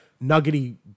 Nuggety